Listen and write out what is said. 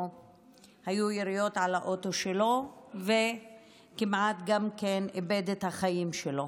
היו יריות על האוטו שלו וכמעט גם הוא איבד את החיים שלו.